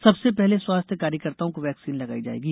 सबसे पहले स्वास्थ्य कार्यकर्ताओं को वेक्सीन लगाई जाएगी